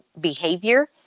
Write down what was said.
behavior